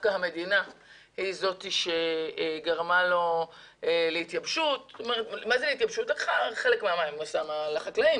המדינה היא זאת שגרמה לו להתייבשות - חלק מהמים העבירה לחקלאים,